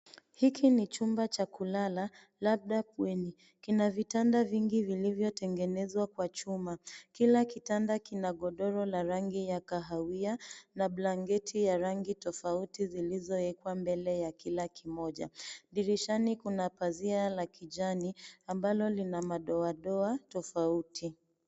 Hiki ni chumba cha kulala labda Bweni. Kina vitanda vingi vilivyotengenezwa kwa chuma. Kila kitanda kina godoro la rangi ya kahawia na blanketi ya rangi tofauti zilizowekwa mbele ya kila kimoja. Dirishani kuna pazia la kijani ambalo lina madoadoa tofauti.